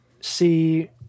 see